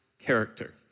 character